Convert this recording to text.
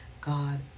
God